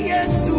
Yes